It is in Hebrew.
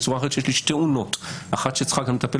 שיש לי שתי אונות כאשר האחת היא שצריך לטפל גם